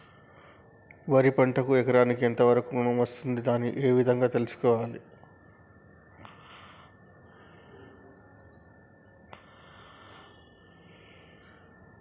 వరి పంటకు ఎకరాకు ఎంత వరకు ఋణం వస్తుంది దాన్ని ఏ విధంగా తెలుసుకోవాలి?